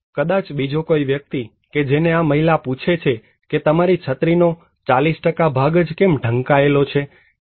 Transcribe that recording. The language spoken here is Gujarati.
અથવા કદાચ બીજો કોઈ વ્યક્તિ કે જેને આ મહિલા પૂછે છે કે તમારી છત્રીનો 40 ભાગ જ કેમ ઢંકાયેલો છે